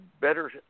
better